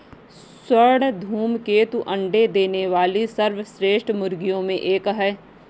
स्वर्ण धूमकेतु अंडे देने वाली सर्वश्रेष्ठ मुर्गियों में एक है